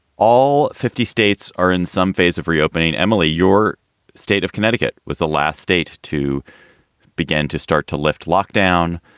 all fifty states are in some phase of reopening. emily, your state of connecticut was the last state to begin to start to lift lockdown.